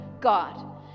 God